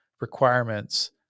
requirements